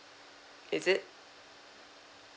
is it